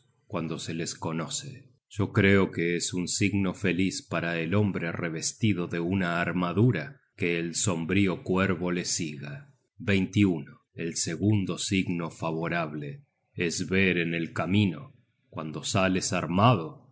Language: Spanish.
cuando se les conoce yo creo que es un signo feliz para el hombre revestido de una armadura que el sombrío cuervo le siga el segundo signo favorable es ver en el camino cuando sales armado